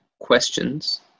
questions